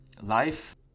Life